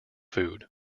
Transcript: food